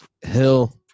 Hill